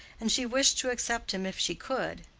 and she wished to accept him if she could.